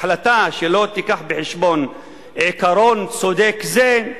החלטה שלא תביא בחשבון עיקרון צודק זה,